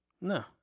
no